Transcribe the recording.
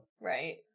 Right